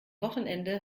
wochenende